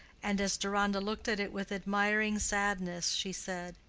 and as deronda looked at it with admiring sadness, she said,